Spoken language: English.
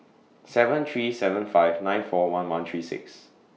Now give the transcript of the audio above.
seven three seven five nine four one one three six